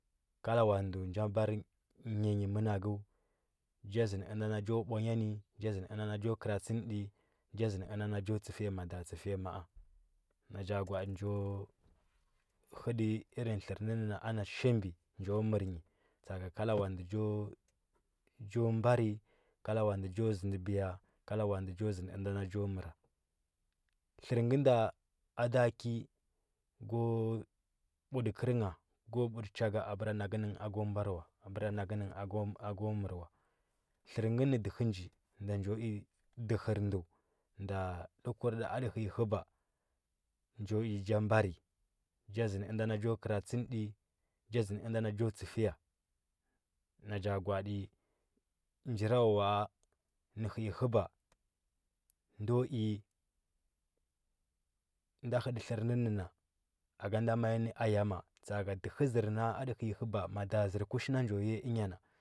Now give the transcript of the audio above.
Kala ndə cha barə nya nyi manakə, cha zəndə ənda cho bwa nya nə, cha zənda ənda cho kəra tsənt, cha zənda ənda cho chəfiya mda chəfiya ma, a na cha gwa, ati njo hətə irin tlər nənənjo mər ana shibi njo mər nyi tsa, ake kala ndə cho mmbarə kala ndə cho zəndibiya kala nndə cho zəndi əinda cho məra nlə nga nda a da kyi ko buti kər ngha ko buti chaka abəra na kə nə ngha ako mmbarwa abəra na kə nə ngha ako mer wa tlər ngə nə kd ht nji nda mmana kur da ati həi həba ajo i kkur da ati hei həba njo i nja mbarə, cha zən də inda cho kərastsən tə cha zənd dnda cho tsəfiya na cha gwa. ati jirawawa, a nə hji jəba ndo i nda həti titr na aka nda mai nə a yama tsa, aka dəhə zər na ati həi həba mada zər kushi nan ja yiya ənyana,